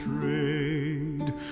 trade